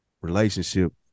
relationship